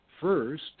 first